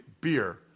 beer